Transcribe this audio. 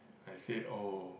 I say oh